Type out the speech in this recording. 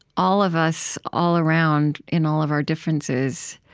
all of us, all around, in all of our differences,